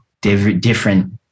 different